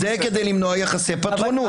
-- זה כדי למנוע יחסי פטרונות.